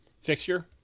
fixture